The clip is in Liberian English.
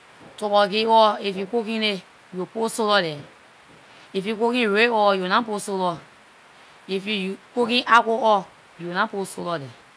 Tuborgee oil if you cooking it, you will put soda there. If you cooking red oil, you will nah put soda. If you cooking argo oil, you nah put soda there.